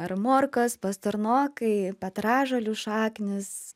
ar morkos pastarnokai petražolių šaknys